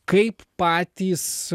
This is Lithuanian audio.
kaip patys